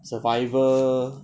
survival